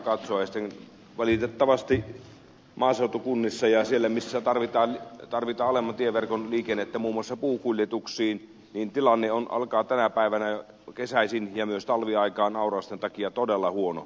sitten valitettavasti maaseutukunnissa ja siellä missä tarvitaan alemman tieverkon liikennettä muun muassa puukuljetuksiin tilanne alkaa olla tänä päivänä kesäisin ja myös talviaikaan aurausten takia todella huono